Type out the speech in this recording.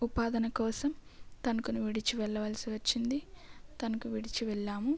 ఉపాధి కోసం తణుకును విడిచి వెళ్ళవలసి వచ్చింది తణుకు విడిచి వెళ్ళాము